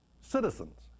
citizens